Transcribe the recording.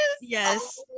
Yes